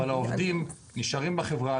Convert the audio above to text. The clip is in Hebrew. אבל העובדים נשארים בחברה.